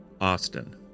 Austin